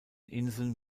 inseln